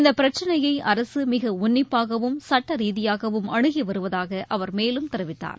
இந்த பிரச்சினையை அரசு மிக உன்னிப்பாகவும் சுட்ட ரீதியாகவும் அனுகி வருவதாக அவர் மேலும் தெரிவித்தார்